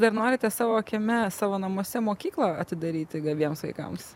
dar norite savo kieme savo namuose mokyklą atidaryti gabiems vaikams